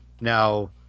Now